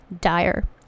dire